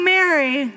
Mary